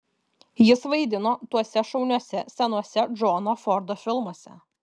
jis vaidino tuose šauniuose senuose džono fordo filmuose